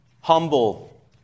humble